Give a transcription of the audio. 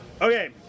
Okay